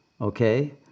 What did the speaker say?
okay